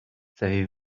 savez